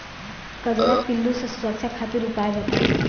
कजरा पिल्लू से सुरक्षा खातिर उपाय बताई?